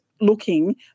looking